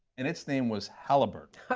and its name was halliburton.